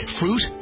fruit